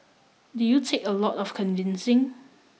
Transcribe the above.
did you take a lot of convincing